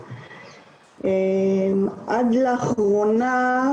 דבר שגורם לאפוקסיה.